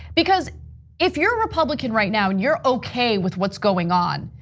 because if you're a republican right now, and you're okay with what's going on,